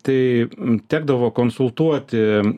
tai tekdavo konsultuoti